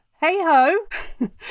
Hey-ho